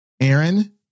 Aaron